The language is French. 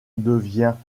devient